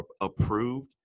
approved